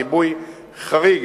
גיבוי חריג,